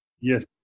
Yes